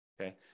okay